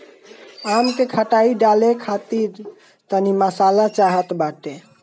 आम के खटाई डाले खातिर तनी मसाला चाहत बाटे